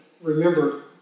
remember